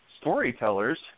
storytellers